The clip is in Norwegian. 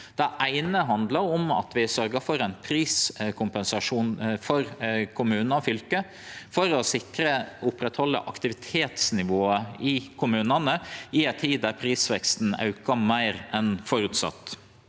Det eine handlar om at vi sørgde for ein priskompensasjon for kommunar og fylke for å sikre og halde ved lag aktivitetsnivået i kommunane i ei tid der prisveksten auka meir enn føresett.